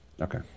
Okay